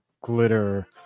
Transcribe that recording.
glitter